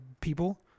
people